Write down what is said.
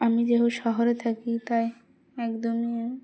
আমি যেহেতু শহরে থাকি তাই একদমই